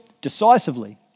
decisively